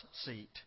seat